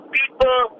people